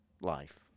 life